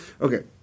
Okay